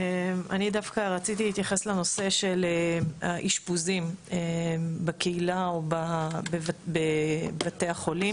אני דווקא רציתי להתייחס לנושא האשפוזים בקהילה או בבתי החולים.